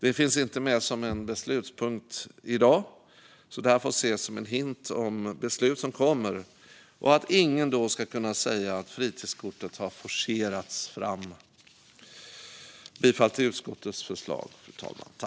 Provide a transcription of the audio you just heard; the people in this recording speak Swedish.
Det finns inte med som en beslutspunkt i dag, så det här får ses som en hint om beslut som kommer. Ingen ska då kunna säga att fritidskortet har forcerats fram. Jag yrkar bifall till utskottets förslag, fru talman.